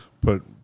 put